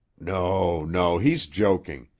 no, no. he's joking.